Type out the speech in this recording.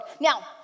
Now